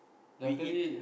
we eat